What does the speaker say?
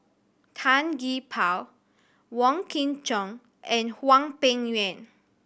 Tan Gee Paw Wong Kin Jong and Hwang Peng Yuan